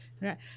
right